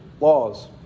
laws